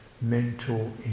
mental